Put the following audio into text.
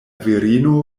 virino